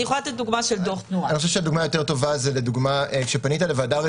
אני יכולה לתת דוגמה של דוח תנועה.